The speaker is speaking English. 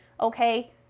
okay